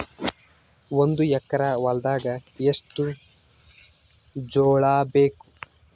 ಒಂದು ಎಕರ ಹೊಲದಾಗ ಎಷ್ಟು ಜೋಳಾಬೇಕು?